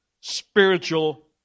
Spiritual